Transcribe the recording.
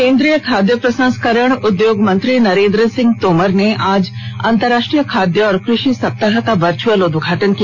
केंद्रीय खाद्य प्रसंस्करण उद्योग मंत्री नरेन्द्र सिंह तोमर ने आज अंतर्राष्ट्रीय खाद्य और कृषि सप्ताह का वर्च्यअल उदघाटन किया